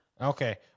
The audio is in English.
okay